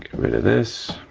rid of this,